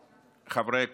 חברי הכנסת